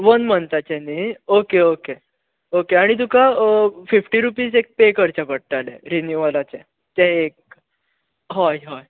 one मंथाची न्ही okay okay okay आनी तुका फिफ्टी रुपीस एक पे करचे पडटले रिनीवलाचे ते एक हय हय